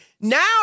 Now